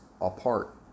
apart